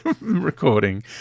recording